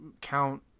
count